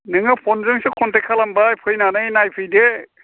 नोंहा फनजोंसो कनटेक्ट खालामबाय फैनानै नायफैदो